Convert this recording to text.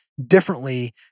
differently